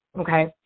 okay